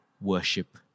worship